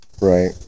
right